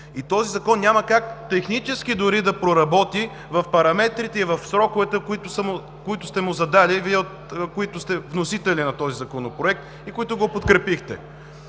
Този закон няма как технически дори да проработи в параметрите и в сроковете, които сте му задали – вносители на този законопроект, и които го подкрепихте.